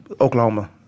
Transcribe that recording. Oklahoma